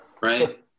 right